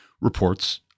reports